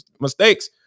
mistakes